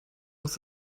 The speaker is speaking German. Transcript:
muss